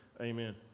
amen